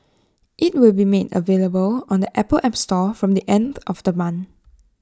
IT will be made available on the Apple app store from the end of the month